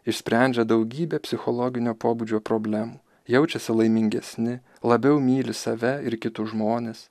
išsprendžia daugybę psichologinio pobūdžio problemų jaučiasi laimingesni labiau myli save ir kitus žmones